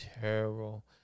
terrible